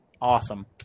Awesome